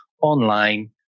online